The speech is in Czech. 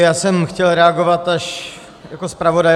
Já jsem chtěl reagovat až jako zpravodaj.